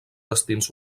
destins